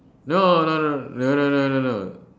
no no no no no no no no